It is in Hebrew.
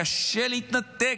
קשה להתנתק,